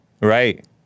Right